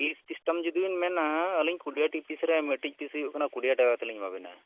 piece system ᱡᱩᱫᱤᱵᱤᱱ ᱢᱮᱱᱟ ᱟᱹᱞᱤᱧ ᱠᱩᱰᱤᱟᱭᱴᱤ ᱯᱤᱥᱨᱮ ᱢᱤᱫᱴᱤᱡ ᱯᱤᱥ ᱦᱩᱭᱩᱜ ᱠᱟᱱᱟ ᱠᱩᱰᱤᱭᱟ ᱴᱟᱠᱟ ᱠᱟᱛᱮᱫᱞᱤᱧ ᱮᱢᱟᱵᱤᱱᱟ